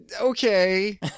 okay